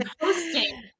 hosting